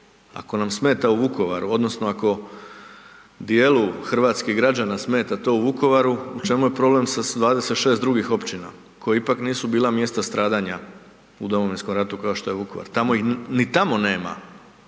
ako nam smeta u Vukovaru odnosno ako dijelu hrvatskih građana smeta to u Vukovaru, u čemu je problem sa 26 drugih općina koja ipak nisu bila mjesta stradanja u Domovinskom ratu kao što je Vukovar, tamo ih, ni tamo nema